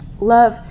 Love